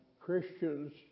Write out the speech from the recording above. Christians